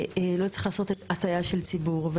לא צריך לעשות הטעיה של ציבור.